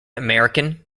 american